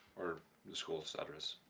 or the schools address?